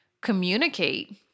communicate